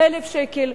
1,000 שקל,